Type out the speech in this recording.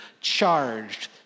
charged